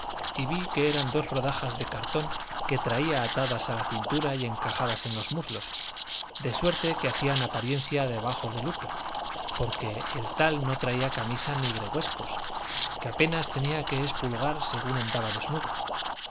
y vi que eran dos rodajas de cartón que traía atadas a la cintura y encajadas en los muslos de suerte que hacían apariencia debajo del luto porque el tal no traía camisa ni gregüescos que apenas tenía qué espulgar según andaba desnudo